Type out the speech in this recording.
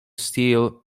steel